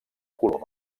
color